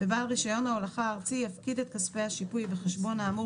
ובעל רישיון ההולכה הארצי יפקיד את כספי השיפוי חשבון האמור